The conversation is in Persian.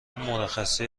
مرخصی